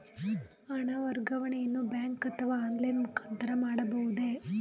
ಹಣ ವರ್ಗಾವಣೆಯನ್ನು ಬ್ಯಾಂಕ್ ಅಥವಾ ಆನ್ಲೈನ್ ಮುಖಾಂತರ ಮಾಡಬಹುದೇ?